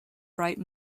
bright